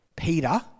Peter